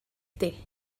ydy